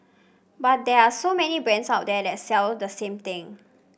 but there are so many brands out there that sell the same thing